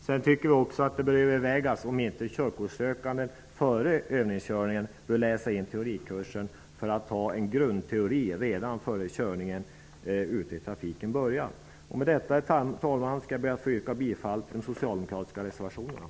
Det bör också övervägas om inte körkortsökanden före övningskörningen bör läsa in teorikursen för att ha en grundteori innan körningen ute i trafiken börjar. Herr talman! Med det anförda vill jag yrka bifall till de socialdemokratiska reservationerna.